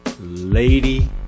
Lady